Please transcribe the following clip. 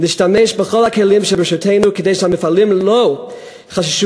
נשתמש בכל הכלים שברשותנו כדי שהמפעלים לא יחששו